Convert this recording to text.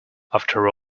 after